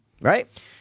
Right